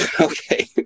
Okay